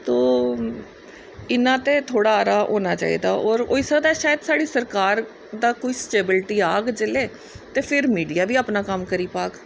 तो इ'न्ना ते थोह्ड़ा होना चाहिदा होर होई सकदा साढ़ी सरकार दा कोई सटैविलिटी आग ते फिरी मिडिया बी अपना कम्म करी पाग